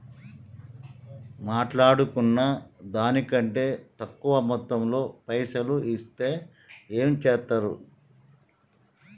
మాట్లాడుకున్న దాని కంటే తక్కువ మొత్తంలో పైసలు ఇస్తే ఏం చేత్తరు?